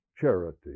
charity